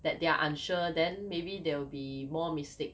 that they are unsure then maybe there will be more mistake